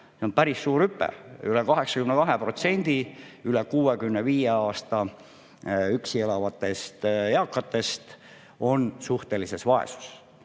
See on päris suur hüpe: üle 82% üle 65‑aastastest üksi elavatest eakatest on suhtelises vaesuses.